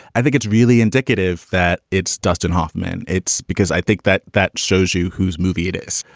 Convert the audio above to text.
i think it's really indicative that it's dustin hoffman. it's because i think that that shows you whose movie it is.